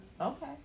Okay